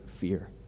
fear